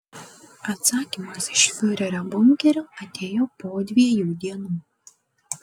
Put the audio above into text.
atsakymas iš fiurerio bunkerio atėjo po dviejų dienų